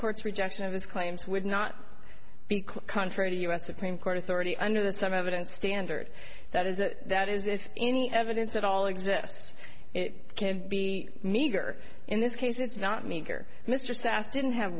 courts rejection of his claims would not be contrary to u s supreme court authority under the some evidence standard that is that that is if any evidence at all exists it can be meager in this case it's not me mr sas didn't have